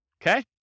okay